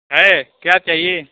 ہے کیا چاہیے